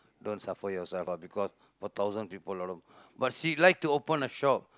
don't suffer yourself ah because for thousand people alot of but she like to open a shop